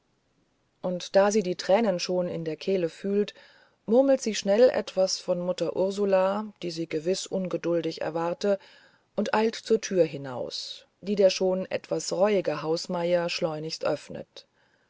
und da sie die tränen schon in der kehle fühlt murmelt sie schnell etwas von mutter ursula die sie gewiß ungeduldig erwarte und eilt zur tür hinaus die der schon etwas reuige hausmeier schleunigst öffnet